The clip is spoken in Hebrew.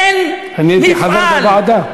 אני הייתי חבר בוועדה.